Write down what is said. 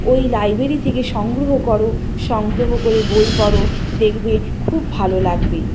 ওই লাইব্রেরি থেকে সংগ্রহ করো সংগ্রহ করে বই পড়ো দেখবে খুব ভালো লাগবে